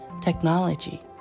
technology